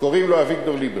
קוראים לו אביגדור ליברמן.